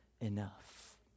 enough